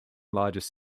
largest